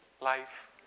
life